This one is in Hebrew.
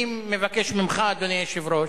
אני מבקש ממך, אדוני היושב-ראש,